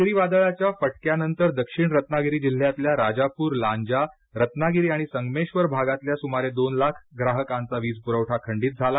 चक्रीवादळाच्या फटक्यानंतर दक्षिण रत्नागिरी जिल्ह्यातल्या राजापूर लांजा रत्नागिरी आणि संगमेश्वर भागातल्या सुमारे दोन लाख ग्राहकांचा वीज पुरवठा खंडित झाला आहे